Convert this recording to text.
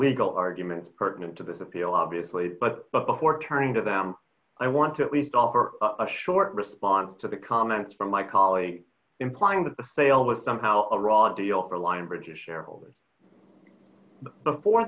legal arguments pertinent to this appeal obviously but before turning to them i want to at least offer a short response to the comments from my colleague implying that the sale was somehow a raw deal for line british shareholders before